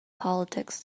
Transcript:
politics